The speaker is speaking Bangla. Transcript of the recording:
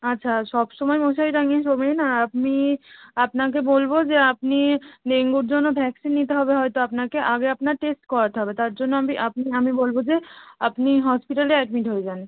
আচ্ছা সবসময় মশারি টাঙিয়ে শোবেন আর আপনি আপনাকে বলব যে আপনি ডেঙ্গুর জন্য ভ্যাকসিন নিতে হবে হয়তো আপনাকে আগে আপনার টেস্ট করাতে হবে তার জন্য আমি আপনি আমি বলব যে আপনি হসপিটালে অ্যাডমিট হয়ে যান